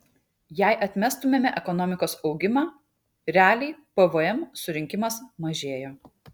jei atmestumėme ekonomikos augimą realiai pvm surinkimas mažėjo